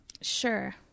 Sure